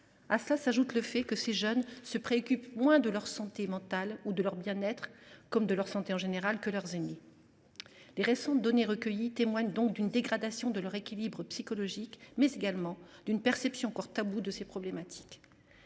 À cela, s’ajoute le fait que ces jeunes se préoccupent moins de leur santé mentale ou de leur bien être – comme d’ailleurs de leur santé en général – que leurs aînés. Les récentes données recueillies témoignent donc d’une dégradation de leur équilibre psychologique, mais également d’un tabou encore perceptible autour de ces problématiques.